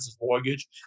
mortgage